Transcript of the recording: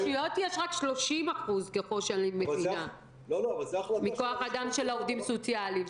ברשויות יש רק 30% מכוח האדם של העובדים הסוציאליים.